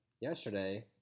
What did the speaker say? Yesterday